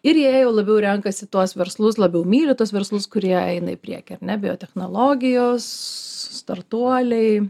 ir jie jau labiau renkasi tuos verslus labiau myli tuos verslus kurie eina į priekį ar ne biotechnologijos startuoliai